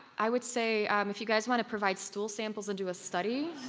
i would say um if you guys want to provide stool samples and do a study.